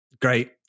great